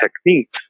techniques